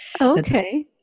Okay